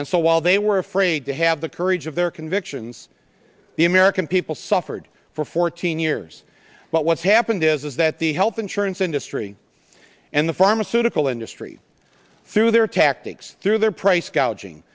and so while they were afraid to have the courage of their convictions the american people suffered for fourteen years but what's happened is that the health insurance industry and the pharmaceutical industry through their tactics through their price gouging